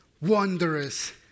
wondrous